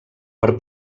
per